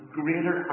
greater